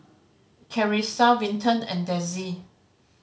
Charissa Vinton and Dezzie